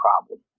problem